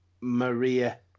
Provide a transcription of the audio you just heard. Maria